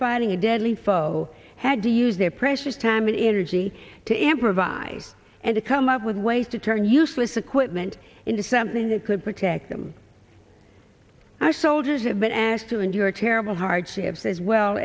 filing a deadly info had to use their precious time and energy to improvise and come up with ways to turn useless equipment into something that could protect them i soldiers have been asked to endure terrible hardships as well